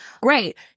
Great